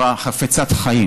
חברה חפצת חיים